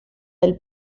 del